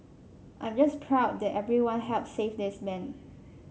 I'm just proud that everyone helped save this man